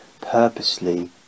purposely